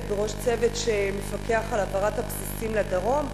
בראש צוות שמפקח על העברת הבסיסים לדרום,